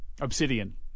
Obsidian